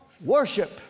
worship